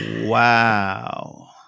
wow